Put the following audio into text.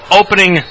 opening